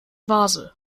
vase